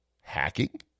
Hacking